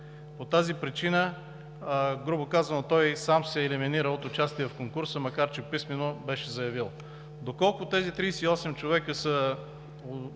По тази причина, грубо казано, той сам се елиминира от участие в конкурса, макар че писмено го беше заявил. Доколко тези 38 човека са